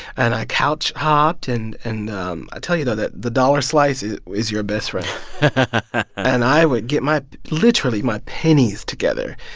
and i couch hopped. and and i tell you, though, that the dollar slice is your best friend and i would get my literally my pennies together.